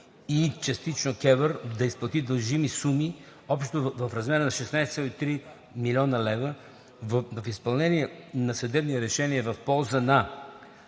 или частично КЕВР да изплати дължими суми общо в размер на 16,3 млн. лв. в изпълнение на съдебни решения в полза на